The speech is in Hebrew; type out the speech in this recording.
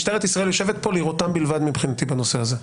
משטרת ישראל יושבת פה לראותם בלבד מבחינתי בנושא הזה.